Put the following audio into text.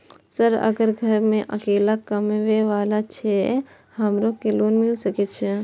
Sir अगर घर में अकेला कमबे वाला छे हमरो के लोन मिल सके छे?